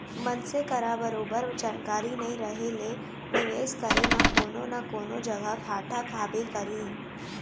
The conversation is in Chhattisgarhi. मनसे करा बरोबर जानकारी नइ रहें ले निवेस करे म कोनो न कोनो जघा घाटा खाबे करही